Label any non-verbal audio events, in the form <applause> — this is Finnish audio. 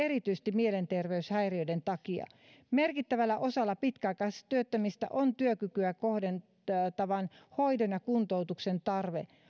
<unintelligible> erityisesti mielenterveyshäiriöiden takia merkittävällä osalla pitkäaikaistyöttömistä on työkykyä kohentavan hoidon ja kuntoutuksen tarve